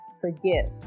forgive